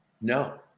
No